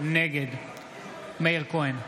נגד מאיר כהן,